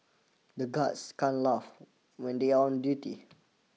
the guards can't laugh when they are on duty